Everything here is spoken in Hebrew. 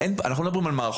אנחנו לא מדברים על מערכות,